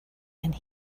and